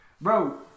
Bro